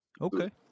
okay